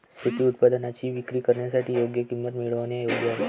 शेती उत्पादनांची विक्री करण्यासाठी योग्य किंमत मिळवणे योग्य आहे